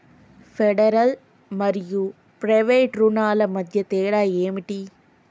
Federal మరియు private రుణాల మధ్య తేడా ఏమిటి?